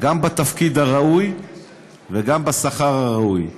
גם בתפקיד הראוי וגם בשכר הראוי.